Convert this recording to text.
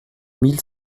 mille